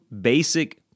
basic